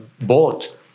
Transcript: bought